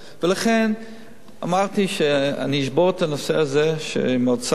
ולכן אמרתי שאני אשבור את הנושא הזה עם האוצר,